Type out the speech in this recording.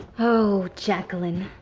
oh jacqueline.